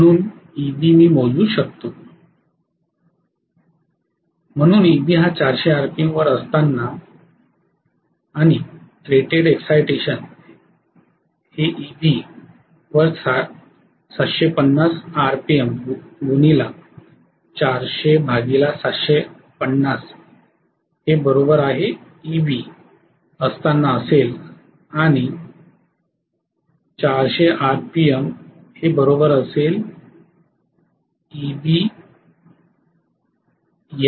म्हणून Eb मी मोजू शकतो म्हणून Eb हा 400 आरपीएम वर असताना आणि रेटेड एक्साईटेशन Eb वर 750rpm Eb असताना असेल आणि 400 आरपीएम